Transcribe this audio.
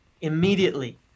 immediately